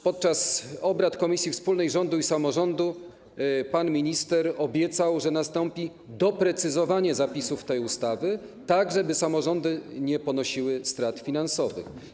Podczas obrad komisji wspólnej rządu i samorządu pan minister obiecał, że nastąpi doprecyzowanie zapisów tej ustawy, tak żeby samorządy nie ponosiły strat finansowych.